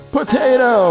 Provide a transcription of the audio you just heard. Potato